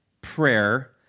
prayer